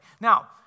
Now